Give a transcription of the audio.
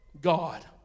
God